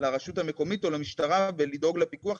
מלאכותי,